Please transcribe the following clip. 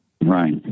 Right